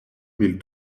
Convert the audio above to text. mille